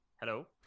Hello